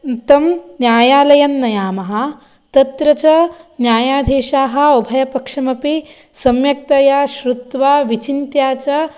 तं न्यायालयं नयामः तत्र च न्यायाधीशाः उभयपक्षमपि सम्यक्तया श्रुत्वा विचिन्त्या च